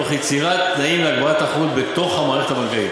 תוך יצירת תנאים להגברת התחרות בתוך המערכת הבנקאית.